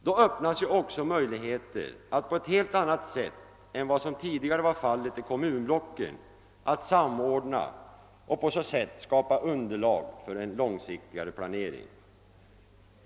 Då öppnas också möjligheter att på ett helt annat sätt än vad som tidigare var fallet i kommunblocken samordna och på så sätt skapa underlag för långsiktigare planering.